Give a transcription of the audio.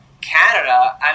Canada